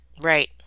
Right